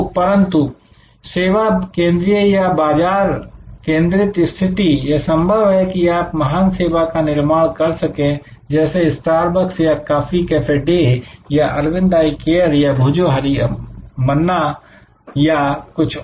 परंतु सेवा केंद्रीय या बाजार केंद्रित स्थिति यह संभव है कि आप महान सेवा का निर्माण कर सकें जैसे स्टारबक्स या कॉफी कैफे डे या अरविंद आई केयर या भोजोहोरी मन्ना या कुछ और